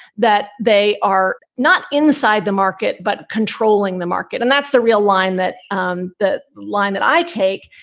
that they are not inside the market, but controlling the market. and that's the real line that um the line that i take.